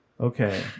Okay